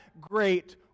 great